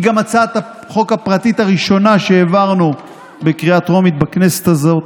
היא גם הצעת החוק הפרטית הראשונה שהעברנו בקריאה טרומית בכנסת הזאת.